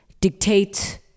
dictate